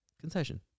concession